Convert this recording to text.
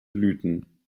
blüten